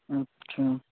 अच्छा